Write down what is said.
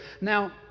Now